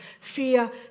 Fear